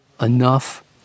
enough